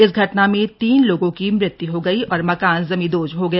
इस घटना में तीन लोगों की मृत्यु हो गई और मकान जमींदोज हो गया